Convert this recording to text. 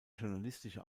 journalistische